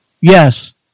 Yes